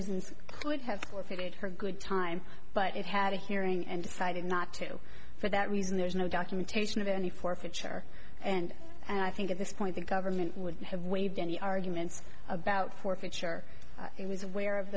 prisons would have forfeited her good time but it had a hearing and decided not to for that reason there's no documentation of any forfeiture and and i think at this point the government would have waived any arguments about forfeiture it was aware of